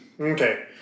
Okay